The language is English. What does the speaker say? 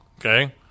okay